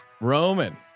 Roman